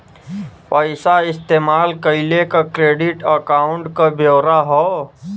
पइसा इस्तेमाल कइले क क्रेडिट अकाउंट क ब्योरा हौ